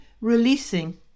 releasing